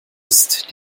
ist